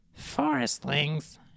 Forestlings